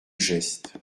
geste